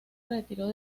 retiró